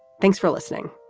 thanks for listening.